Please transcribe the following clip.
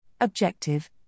Objective